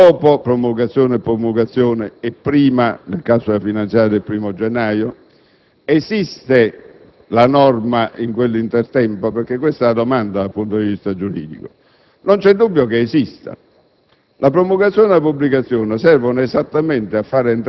si può o non si può intervenire dopo la promulgazione e pubblicazione e prima, nel caso della finanziaria, del primo gennaio? Esiste, cioè, la norma in quell'intertempo? Perché è questa la domanda dal punto di vista giuridico. Non vi è dubbio che esista.